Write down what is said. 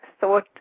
thought